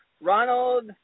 Ronald